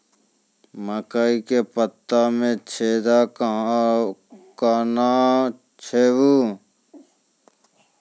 मकई के पत्ता मे छेदा कहना हु छ?